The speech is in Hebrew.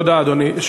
אדוני, תודה.